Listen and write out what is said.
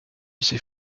ces